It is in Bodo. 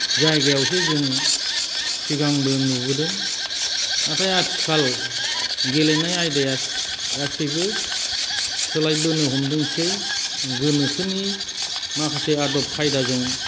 जायगायावसो जों सिगांबो नुबोदों नाथाय आथिखाल गेलेनाय आयदाया गासैबो सोलायबोनो हमदोंसै गोनोखोनि माखासे आदब खायदाजों